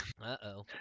Uh-oh